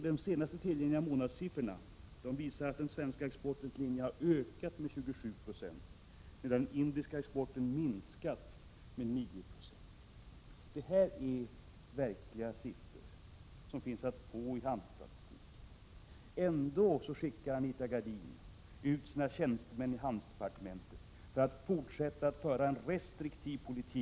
De senast tillgängliga siffrorna visar att den svenska exporten till Indien sedan dess har ökat med 27 20, medan den indiska exporten minskat med 9 20. Detta är verkliga siffror ur handelsstatistiken. Ändå skickar Anita Gradin ut sina tjänstemän i utrikesdepartementet i syfte att Sverige skall få fortsätta att föra en restriktiv importpolitik.